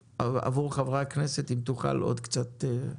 חברי הכנסת, אם תוכל עוד קצת להישאר.